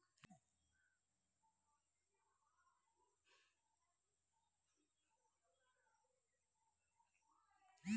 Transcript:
सरकारी बजट किसी भी देश और उसके नागरिकों के लिए एक अत्यंत महत्वपूर्ण दस्तावेज है